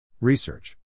Research